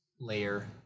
Layer